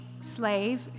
slave